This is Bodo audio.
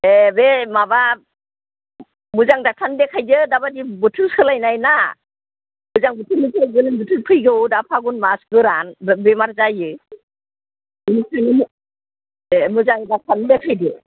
ए बे माबा मोजां ड'क्टारनो देखायदो दाबादि बोथोर सोलायनायना गोजां बोथोर गोलोम बोथोर फैगौ दा फागुन मास गोरान बेमार जायो बिनिखायनो ए मोजां ड'क्टारनो देखायदो